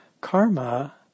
karma